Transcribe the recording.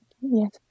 Yes